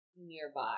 nearby